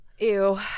Ew